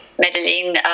Medellin